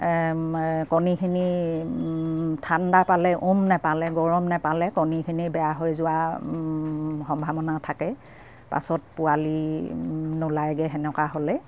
কণীখিনি ঠাণ্ডা পালে উম নেপালে গৰম নেপালে কণীখিনি বেয়া হৈ যোৱাৰ সম্ভাৱনা থাকে পাছত পোৱালি নোলায়গে সেনেকুৱা হ'লে